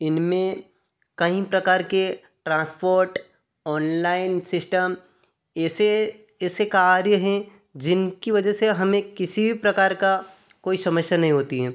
इनमें कहीं प्रकार के ट्रांसपोर्ट ओनलाइन सिस्टम ऐसे ऐसे कार्य हैं जिनकी वजह से हमें किसी भी प्रकार का कोई समस्या नहीं होती है